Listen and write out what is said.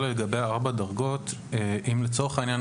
לצורך העניין,